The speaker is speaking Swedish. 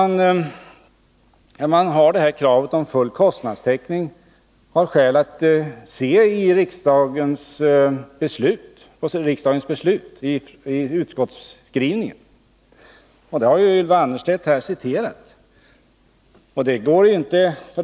När man har det här kravet på full kostnadstäckning finns det skäl att se på vad utskottet har skrivit. Ylva Annerstedt har ju också citerat ur detta.